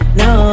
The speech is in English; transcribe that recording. no